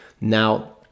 now